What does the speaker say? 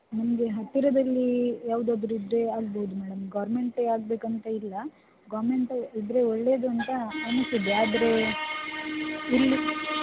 ನಮಗೆ ಹತ್ತಿರದಲ್ಲಿ ಯಾವುದಾದರೂ ಇದ್ದರೆ ಆಗಬಹುದು ಮೇಡಮ್ ಗೌರ್ಮೆಂಟೆ ಆಗಬೇಕಂತ ಇಲ್ಲ ಗೌರ್ಮೆಂಟ್ ಇದ್ದರೆ ಒಳ್ಳೆಯದು ಅಂತ ಅನಿಸಿದೆ ಆದರೆ ಇಲ್ಲಿ